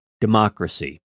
democracy